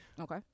Okay